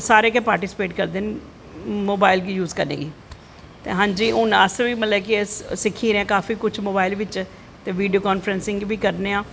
ते सारे गै पार्टिसिपेट करदे न मोवाईल गी यूज़ करनें गी ते हां जी हून अस बी सिक्खी गेदे आं काफी कुश मोबाईल बिच्च ते बीडियो कांफ्रैंसिग बी करनें आं